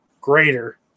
greater